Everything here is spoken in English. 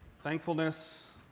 thankfulness